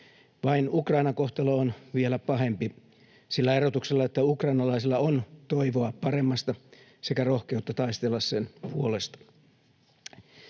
Vain Ukrainan kohtalo on vielä pahempi — sillä erotuksella, että ukrainalaisilla on toivoa paremmasta sekä rohkeutta taistella sen puolesta.